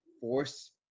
force